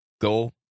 go